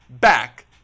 back